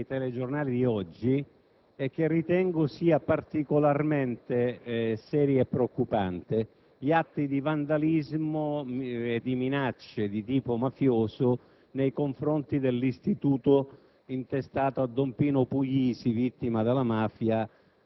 su una notizia data dai telegiornali di oggi e che ritengo sia particolarmente seria e preoccupante: mi riferisco agli atti di vandalismo e alle minacce di tipo mafioso nei confronti dell'istituto